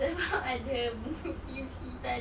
sebab ada bunyi tadi